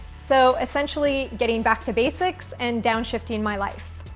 so, essentially getting back to basics, and downshifting my life,